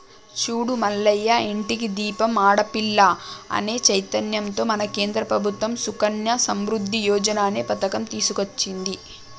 చూడు మల్లయ్య ఇంటికి దీపం ఆడపిల్ల అనే చైతన్యంతో మన కేంద్ర ప్రభుత్వం సుకన్య సమృద్ధి యోజన అనే పథకం తీసుకొచ్చింది